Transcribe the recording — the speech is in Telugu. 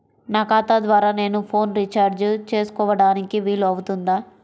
నా ఖాతా ద్వారా నేను ఫోన్ రీఛార్జ్ చేసుకోవడానికి వీలు అవుతుందా?